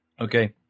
Okay